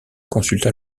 consulta